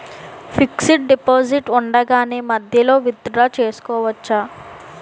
Fixed deposit ఉండగానే మధ్యలో withdraw చేసుకోవచ్చా?